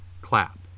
clap